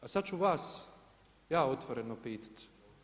A sad ću vas ja otvoreno pitati.